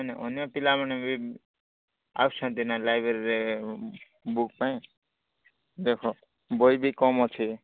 ଅନ୍ୟ ଅନ୍ୟ ପିଲାମାନେ ବି ଆସୁଛନ୍ତି ନା ଲାଇବ୍ରେରୀରେ ବୁକ୍ ପାଇଁ ଦେଖ ବହି ବି କମ୍ ଅଛି